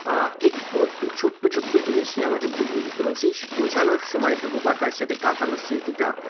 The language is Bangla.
একটু একটু ছোট্টো ছোট্টো জিনিসই আমাকে বুঝিয়ে দিতো এবং সেই বোঝানোর সময়টুকু বা তার সাথে কাটানোর স্মৃতিটা